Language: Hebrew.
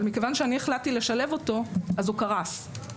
אבל מכיוון שאני החלטתי לשלב אותו הוא קרס.